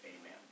Amen